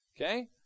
Okay